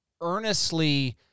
earnestly